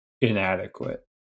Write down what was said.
inadequate